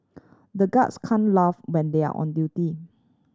the guards can't laugh when they are on duty